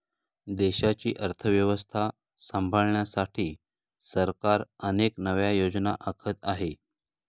देशाची अर्थव्यवस्था सांभाळण्यासाठी सरकार अनेक नव्या योजना आखत आहे